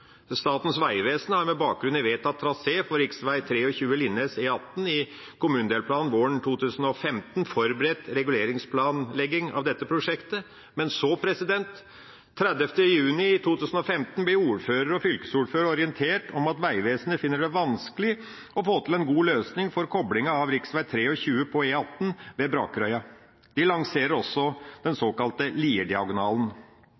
Statens vegvesen har med bakgrunn i vedtatt trasé for rv. 23 Linnes–E18 i kommunedelplanen våren 2015 forberedt reguleringsplanlegging av dette prosjektet. Men så, 30. juni 2015, blir ordfører og fylkesordfører orientert om at Vegvesenet finner det vanskelig å få til en god løsning for koblinga av rv. 23 på E18 ved Brakerøya. De lanserer også den såkalte Lierdiagonalen